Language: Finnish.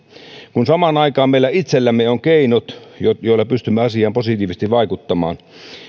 kun samaan aikaan meillä itsellämme on keinot joilla pystymme asiaan positiivisesti vaikuttamaan